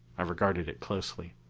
i regarded it closely.